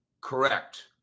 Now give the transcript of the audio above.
Correct